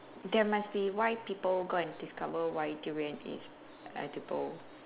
there must be why people go and discover why durian is edible